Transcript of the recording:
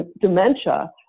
dementia